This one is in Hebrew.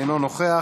אינו נוכח,